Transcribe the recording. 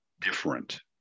different